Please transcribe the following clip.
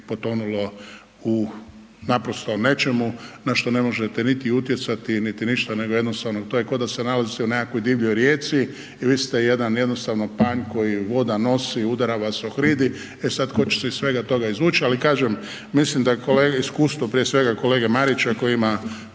potonulo u naprosto nečemu na što ne možete niti utjecati, niti ništa, nego jednostavno to je koda se nalazite u nekakvoj divljoj rijeci i vi ste jedan jednostavno panj koji voda nosi, udara vas o hrid i e, sad ko će se iz svega izvuć, ali kažem, mislim da iskustvo prije svega kolege Marića koji ima